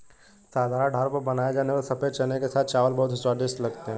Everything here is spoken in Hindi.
साधारण ढाबों पर बनाए जाने वाले सफेद चने के साथ चावल बहुत ही स्वादिष्ट लगते हैं